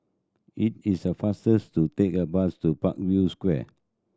it is a fastest to take a bus to Parkview Square